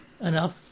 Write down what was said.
enough